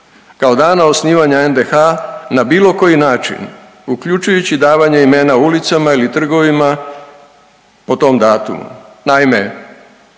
kao dana osnivanja NDH na bilo koji način uključujući i davanje imena ulicama ili trgovima po tom datumu.“ Naime,